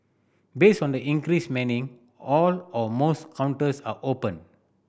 based on the increased manning all or most counters are open